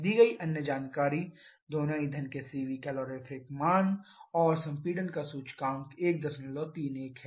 दी गई अन्य जानकारी दोनों ईंधन के सीवी कैलोरी मान और संपीड़न का सूचकांक 131 है